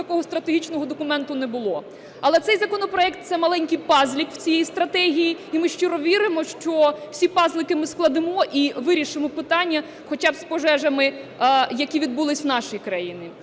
такого стратегічного документа не було. Але цей законопроект – це маленький пазлик у цій стратегії, і ми щиро віримо, що всі пазлики ми складемо і вирішимо питання хоча б з пожежами, які відбулися у нашій країні.